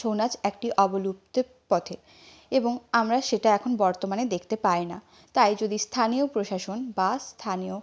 ছৌ নাচ একটি অবলুপ্তির পথে এবং আমরা সেটা এখন বর্তমানে দেখতে পাই না তাই যদি স্থানীয় প্রশাসন বা স্থানীয়